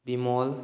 Bimol